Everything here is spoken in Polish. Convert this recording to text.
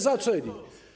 Zaczęli.